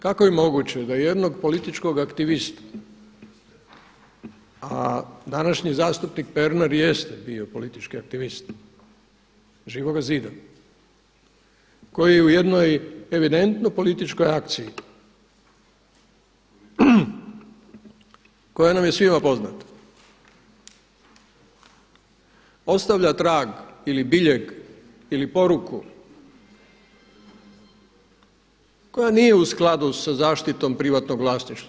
Kako je moguće da jednog političkog aktivistu, a današnji zastupnik Pernar jeste bio politički aktivist, Živoga zida, koji u jednoj evidentno političkoj akciji, koja nam je svima poznata ostavlja trag ili biljeg ili poruku koja nije u skladu sa zaštitom privatnog vlasništva.